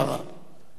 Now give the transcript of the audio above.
Mr. President,